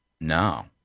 no